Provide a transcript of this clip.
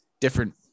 different